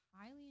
Highly